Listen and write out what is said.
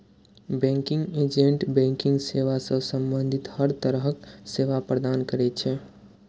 banking agent banking सेवा सं संबंधित हर तरहक सेवा प्रदान करै छै